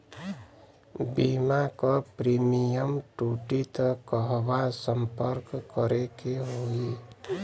बीमा क प्रीमियम टूटी त कहवा सम्पर्क करें के होई?